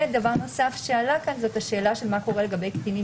דבר נוסף שעלה פה זה השאלה מה קורה לגבי קטינים